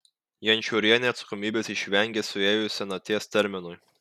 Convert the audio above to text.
jančiorienė atsakomybės išvengė suėjus senaties terminui